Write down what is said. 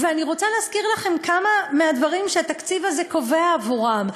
ואני רוצה להזכיר לכם כמה מהדברים שהתקציב הזה קובע עבורם: